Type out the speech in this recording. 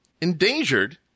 endangered